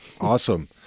awesome